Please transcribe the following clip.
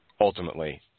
ultimately –